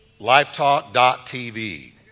Lifetalk.tv